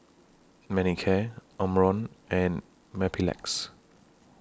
Manicare Omron and Mepilex